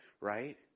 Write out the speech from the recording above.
Right